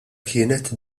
kienet